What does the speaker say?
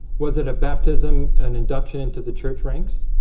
was it a baptism an induction into the church ranks